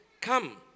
come